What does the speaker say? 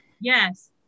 Yes